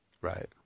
Right